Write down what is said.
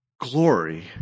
Glory